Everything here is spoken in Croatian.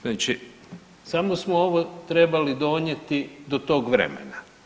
Znači samo smo ovo trebali donijeti do tog vremena.